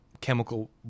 chemical